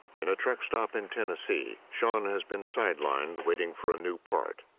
in a truck stop in tennessee, shawn has been sidelined waiting for a new part.